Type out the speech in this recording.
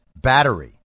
battery